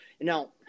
Now